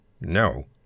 No